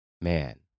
man